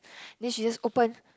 then she just open